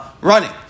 running